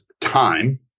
time